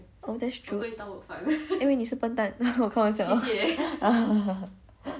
that's true 因为你是笨蛋我开玩笑